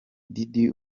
diddy